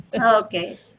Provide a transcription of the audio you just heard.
Okay